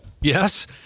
Yes